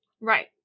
Right